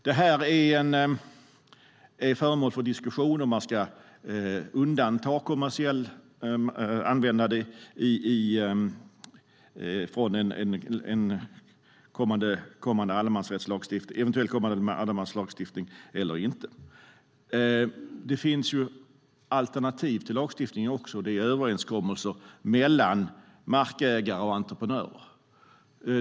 Det är föremål för diskussion om man ska undanta kommersiellt användande från eventuell kommande allemansrättslagstiftning eller inte. Det finns alternativ till lagstiftningen också, som överenskommelser mellan markägare och entreprenörer.